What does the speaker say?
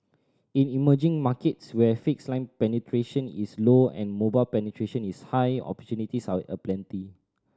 in emerging markets where fixed line penetration is low and mobile penetration is high opportunities are aplenty